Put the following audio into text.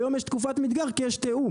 היום יש תקופת מדגר כי יש תיאום.